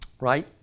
Right